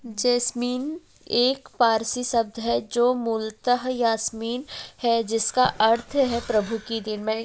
jasmine एक पारसी शब्द है जो मूलतः यासमीन है जिसका अर्थ है प्रभु की देन